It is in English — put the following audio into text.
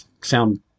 sound